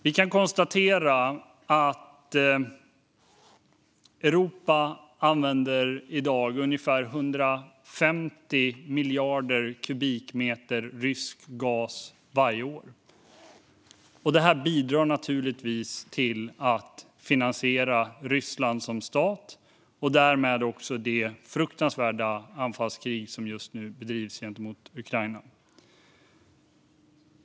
Vi kan konstatera att Europa i dag använder ungefär 150 miljarder kubikmeter rysk gas varje år. Det bidrar naturligtvis till att finansiera Ryssland som stat och därmed också det fruktansvärda anfallskrig som just nu bedrivs gentemot Ukraina.